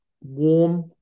warm